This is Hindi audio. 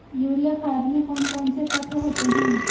यूरिया खाद में कौन कौन से तत्व होते हैं?